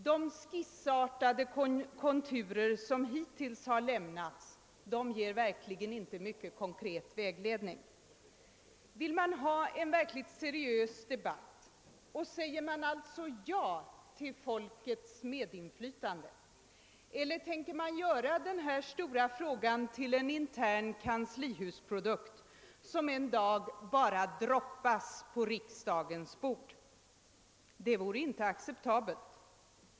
De skissartade konturer som hittills har angivits ger verkligen inte mycken konkret vägledning. Vill man ha en verkligt seriös debatt, och säger man alltså ja till folkets medinflytande, eller tänker man göra denna stora fråga till en intern kanslihusprodukt, som en dag bara droppas på riksdagens bord? Det vore inte acceptabelt.